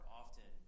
often